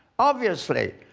obviously,